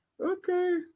Okay